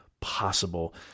possible